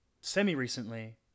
semi-recently